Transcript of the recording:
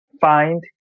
find